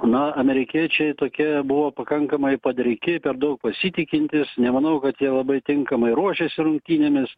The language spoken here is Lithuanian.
na amerikiečiai tokie buvo pakankamai padriki per daug pasitikintys nemanau kad jie labai tinkamai ruošėsi rungtynėmis